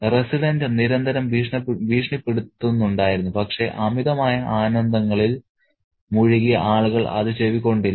resident നിരന്തരം ഭീഷണിപ്പെടുത്തുന്നുണ്ടായിരുന്നു പക്ഷേ അമിതമായ ആനന്ദങ്ങളിൽ മുഴുകിയ ആളുകൾ അത് ചെവിക്കൊണ്ടില്ല